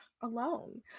alone